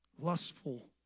Lustful